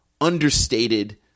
understated